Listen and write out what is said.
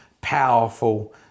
powerful